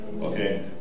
Okay